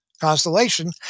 constellation